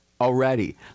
already